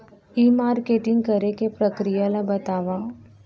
ई marketing करे के प्रक्रिया ला बतावव?